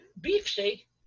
beefsteak